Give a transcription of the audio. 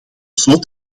slot